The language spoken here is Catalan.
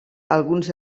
alguns